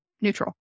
neutral